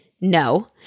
no